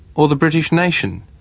or the british nation?